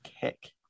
kick